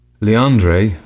Leandre